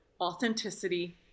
authenticity